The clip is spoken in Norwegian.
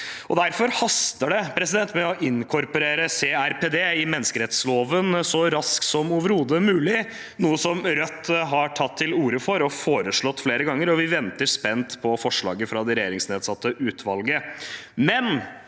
Derfor haster det med å inkorporere CRPD i menneskerettsloven så raskt som overhodet mulig, noe Rødt har tatt til orde for og foreslått flere ganger, og vi venter spent på forslaget fra det regjeringsnedsatte utvalget.